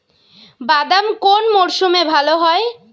বাদাম কোন মরশুমে ভাল হয়?